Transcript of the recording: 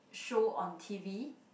show on t_v